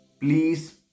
please